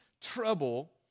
trouble